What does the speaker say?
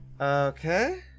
Okay